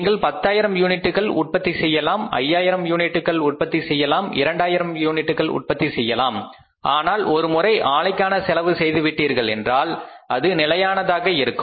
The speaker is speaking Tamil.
நீங்கள் பத்தாயிரம் யூனிட்டுகள் உற்பத்தி செய்யலாம் 5000 யூனிட்டுகள் உற்பத்தி செய்யலாம் 2000 யூனிட்டுகள் உற்பத்தி செய்யலாம் ஆனால் ஒருமுறை ஆலைக்கான செலவு செய்துவிட்டீர்கள் என்றால் அது நிலையானதாக இருக்கும்